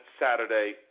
Saturday